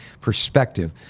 perspective